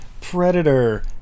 Predator